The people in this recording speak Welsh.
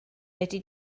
fedri